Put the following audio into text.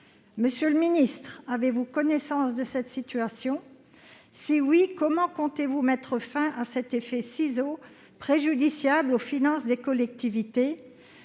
Monsieur le ministre, avez-vous connaissance de cette situation ? Si oui, comment comptez-vous mettre fin à cet effet ciseaux préjudiciable aux finances des collectivités ?